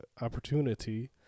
opportunity